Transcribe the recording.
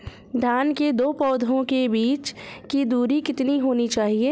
धान के दो पौधों के बीच की दूरी कितनी होनी चाहिए?